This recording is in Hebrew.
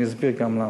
אני אסביר גם למה.